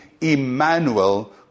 Emmanuel